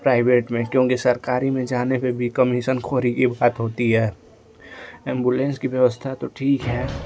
private में क्योंकि सरकारी में जाने पर भी कमिसनखोरी की बात होती है एम्बुलेंस की व्यवस्था तो ठीक है